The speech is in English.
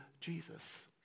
Jesus